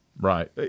Right